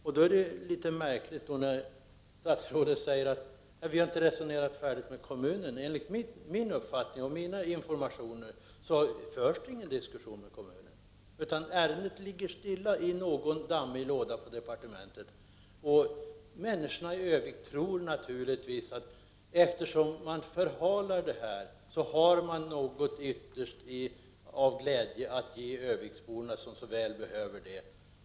Därför är det litet märkligt att statsrådet säger att man inte har resonerat färdigt med kommunen. Enligt min uppfattning och mina informationer förs det inga diskussioner med kommunen. Ärendet ligger stilla i någon dammig låda på departementet. Människorna i Örnsköldsvik tror naturligtvis, eftersom detta förhalas, att man har något ytterst glädjande att ge örnsköldsviksborna, som så väl behöver det.